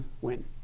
win